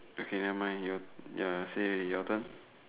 okay never mind you are you are say your turn